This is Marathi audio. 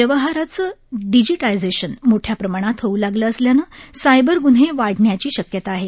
व्यवहारांचं डिजिटायझेशन मोठ्या प्रमाणात होऊ लागलं असल्यानं सायबर ग्न्हे वाढण्याची शक्यता आहे